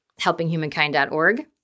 helpinghumankind.org